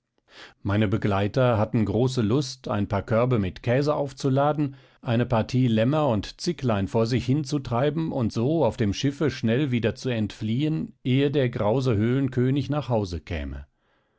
meine begleiter hatten große lust ein paar körbe mit käse aufzuladen eine partie lämmer und zicklein vor sich hinzutreiben und so auf dem schiffe schnell wieder zu entfliehen ehe der grause höhlenkönig nach hause käme